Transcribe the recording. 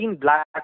Black